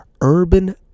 Urban